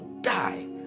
die